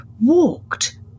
walked